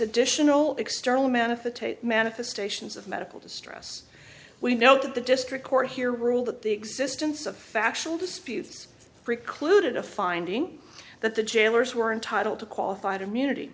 additional external manifest manifestations of medical distress we noted the district court here ruled that the existence of factual disputes precluded a finding that the jailers were entitled to qualified immunity